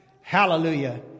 Hallelujah